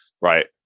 right